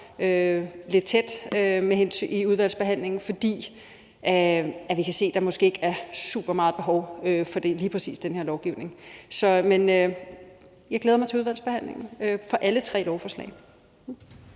lidt tæt i udvalgsbehandlingen, fordi vi kan se, at der måske ikke er supermeget behov for lige præcis den her lovgivning. Men jeg glæder mig til udvalgsbehandlingen for alle tre lovforslag.